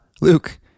luke